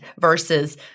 versus